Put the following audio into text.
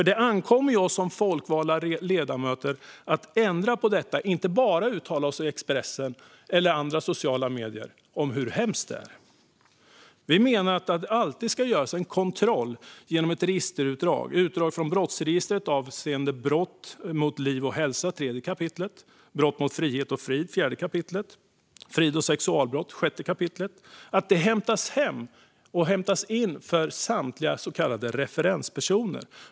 Det ankommer nämligen på oss som folkvalda ledamöter att ändra på detta - inte bara uttala oss i Expressen eller i sociala medier om hur hemskt det är. Vi menar att det alltid ska göras en kontroll genom ett registerutdrag. Det ska göras utdrag från brottsregistret avseende brott mot liv och hälsa, 3 kap. brottsbalken brott mot frihet och frid, 4 kap. brottsbalken frid och sexualbrott, 6 kap. brottsbalken. Det ska hämtas hem och hämtas in för samtliga så kallade referenspersoner.